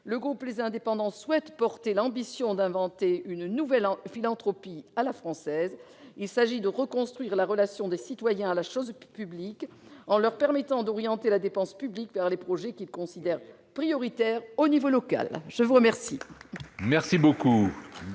Le groupe Les Indépendants souhaite porter l'ambition d'inventer une nouvelle philanthropie à la française. Il s'agit de reconstruire la relation des citoyens à la chose publique, en leur permettant d'orienter la dépense publique vers les projets qu'ils considèrent comme prioritaires au niveau local. Nous en